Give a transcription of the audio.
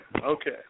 okay